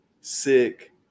sick